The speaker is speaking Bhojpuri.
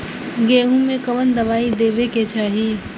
गेहूँ मे कवन दवाई देवे के चाही?